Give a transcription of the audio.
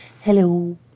Hello